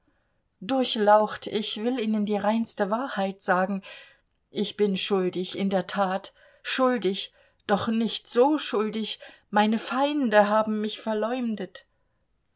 durchlaucht ich will ihnen die reinste wahrheit sagen ich bin schuldig in der tat schuldig doch nicht so schuldig meine feinde haben mich verleumdet